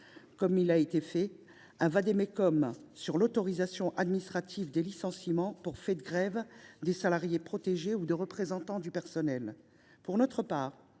comme cela a été fait, un vade mecum sur l’autorisation administrative des licenciements pour fait de grève des salariés protégés ou de représentants du personnel…